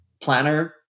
planner